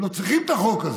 הם לא צריכים את החוק הזה,